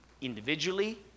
individually